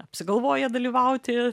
apsigalvoja dalyvauti